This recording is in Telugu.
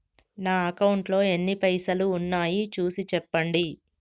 నా అకౌంట్లో ఎన్ని పైసలు ఉన్నాయి చూసి చెప్పండి?